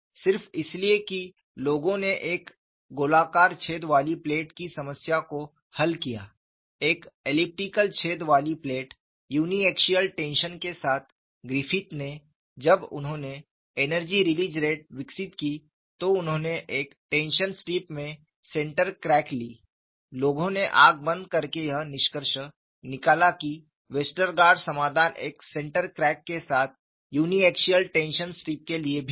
सिर्फ इसलिए कि लोगों ने एक गोलाकार छेद वाली प्लेट की समस्या को हल किया एक एलिप्टिकल छेद वाली प्लेट यूनी एक्सियल टेंशन के साथ ग्रिफिथ ने जब उन्होंने एनर्जी रिलीज रेट विकसित की तो उन्होंने एक टेंशन स्ट्रिप में सेंटर क्रैक ली लोगों ने आँख बंद करके यह निष्कर्ष निकाला कि वेस्टरगार्ड समाधान एक सेंटर क्रैक के साथ यूनीएक्सियल टेंशन स्ट्रिप के लिए भी है